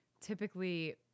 Typically